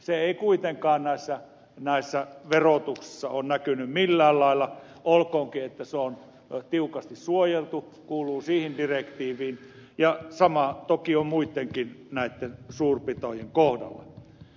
se ei kuitenkaan verotuksessa ole näkynyt millään lailla olkoonkin että se on tiukasti suojeltu kuuluu siihen direktiiviin ja sama toki on näitten muittenkin suurpetojen kohdalla